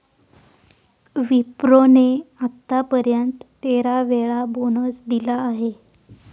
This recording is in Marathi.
विप्रो ने आत्तापर्यंत तेरा वेळा बोनस दिला आहे